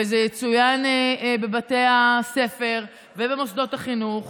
וזה יצוין בבתי הספר ובמוסדות החינוך